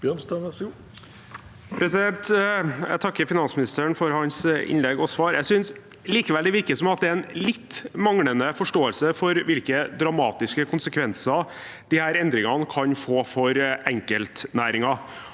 Jeg takker finans- ministeren for hans innlegg og svar. Jeg synes likevel det virker som at det er en litt manglende forståelse for hvilke dramatiske konsekvenser disse endringene kan få for enkeltnæringer.